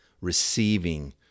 receiving